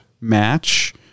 match